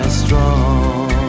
strong